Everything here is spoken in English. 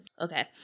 Okay